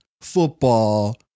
football